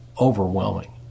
overwhelming